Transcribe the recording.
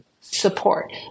support